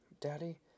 Daddy